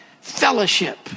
fellowship